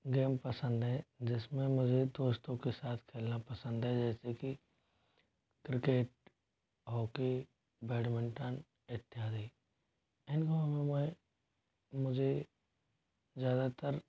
game पसंद हैं जिस में मुझे दोस्तों के साथ खेलना पसंद है जैसे कि क्रिकेट हॉकी बैटमिंटन इत्यादि इन गेमों में मुझे ज़्यादातर